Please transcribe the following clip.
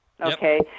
Okay